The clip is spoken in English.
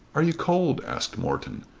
are you cold? asked morton.